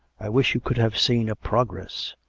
i wisli you could have seen a progress,